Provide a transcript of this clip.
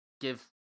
Give